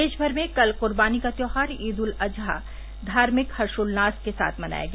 देश भर में कल कुर्बनी का त्यौहार ईद उल अजहा धार्मिक हर्षोल्लास के साथ मनाया गया